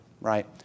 right